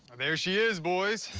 there she is, boys.